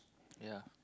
ya